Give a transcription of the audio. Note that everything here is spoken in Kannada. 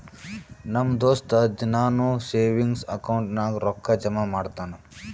ನಮ್ ದೋಸ್ತ ದಿನಾನೂ ಸೇವಿಂಗ್ಸ್ ಅಕೌಂಟ್ ನಾಗ್ ರೊಕ್ಕಾ ಜಮಾ ಮಾಡ್ತಾನ